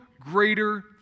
greater